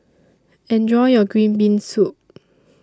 Enjoy your Green Bean Soup